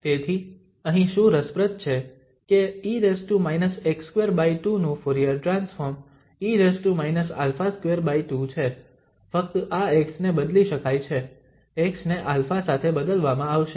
તેથી અહીં શું રસપ્રદ છે કે e−x22 નું ફુરીયર ટ્રાન્સફોર્મ e−α22 છે ફક્ત આ x ને બદલી શકાય છે x ને α સાથે બદલવામાં આવશે